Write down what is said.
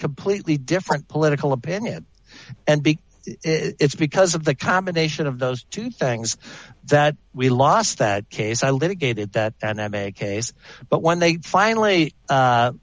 completely different political opinion and big it's because of the combination of those two things that we lost that case i litigated that and i'm a case but when they finally